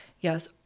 Yes